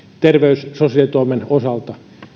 terveys ja sosiaalitoimen osalta